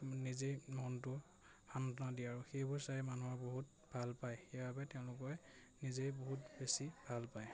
নিজেই মনটো সান্তনা দিয়ে আৰু সেইবোৰ চাই মানুহৰ বহুত ভাল পায় সেইবাবে তেওঁলোকে নিজেই বহুত বেছি ভাল পায়